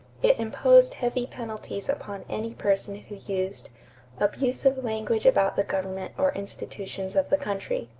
it imposed heavy penalties upon any person who used abusive language about the government or institutions of the country.